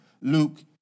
Luke